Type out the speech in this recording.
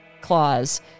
clause